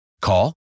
Call